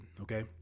Okay